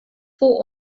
for